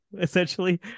essentially